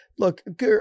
Look